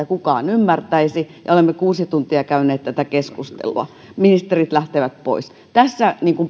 kukaan ymmärtäisi ja olemme kuusi tuntia käyneet tätä keskustelua ministerit lähtevät pois tässä